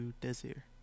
Desir